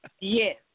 Yes